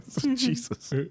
Jesus